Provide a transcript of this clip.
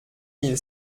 mille